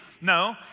No